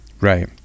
Right